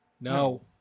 No